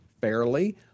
fairly